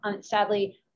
sadly